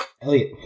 Elliot